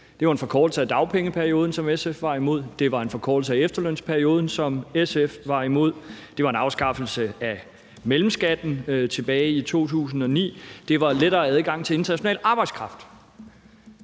Det var en forkortelse af dagpengeperioden, som SF var imod. Det var en forkortelse af efterlønsperioden, som SF var imod, og det var en afskaffelse af mellemskatten tilbage i 2009, og det var lettere adgang til international arbejdskraft.